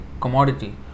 commodity